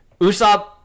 Usopp